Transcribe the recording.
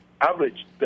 average